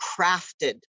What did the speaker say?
crafted